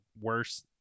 worse